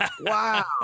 wow